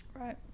Right